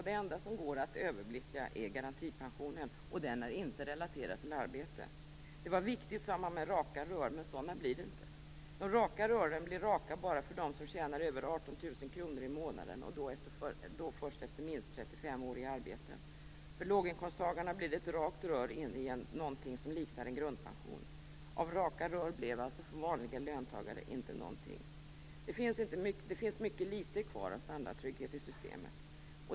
Det enda som går att överblicka är garantipensionen, och den är inte relaterad till arbete. Det var viktigt, sade man, med raka rör - men sådana blir det inte. De raka rören blir raka bara för dem som tjänar över 18 000 kr i månaden, och då först efter minst 35 år i arbete. För låginkomsttagarna blir det ett rakt rör in i något som liknar en grundpension. Av raka rör blev alltså för vanliga löntagare inte någonting. Det finns mycket litet kvar av standardtrygghet i systemet.